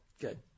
Good